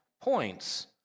points